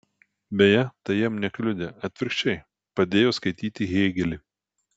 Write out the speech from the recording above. beje tai jam nekliudė atvirkščiai padėjo skaityti hėgelį